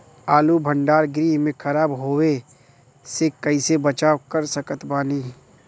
आलू भंडार गृह में खराब होवे से कइसे बचाव कर सकत बानी?